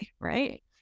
right